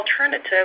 alternative